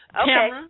Okay